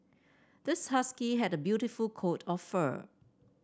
this husky had a beautiful coat of fur